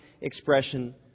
expression